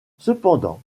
cependant